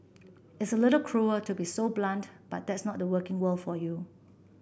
it's a little cruel to be so blunt but that's not the working world for you